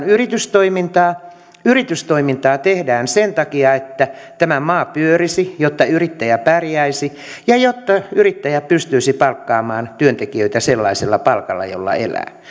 yritystoimintaa yritystoimintaa tehdään sen takia että tämä maa pyörisi jotta yrittäjä pärjäisi ja jotta yrittäjä pystyisi palkkaamaan työntekijöitä sellaisella palkalla jolla elää